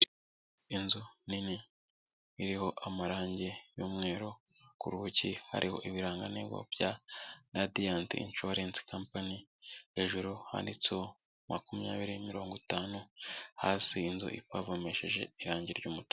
Inzu nini iriho amarangi y'umweru, ku rugi hariho ibirangantego bya Radiyanti Inshuwarensi Kampani, hejuru handitseho makumyabiri mirongo itanu, hasi inzu ipavomesheje irangi ry'umutuku.